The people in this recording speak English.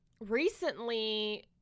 recently